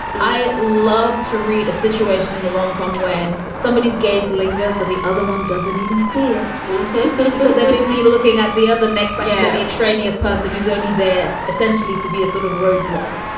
i love to read a situation in a rom com when somebody's gaze lingers, but the other one doesn't even see it because they're busy looking at the other next of yeah the extraneous person who's only there essentially to be a sort of roadblock.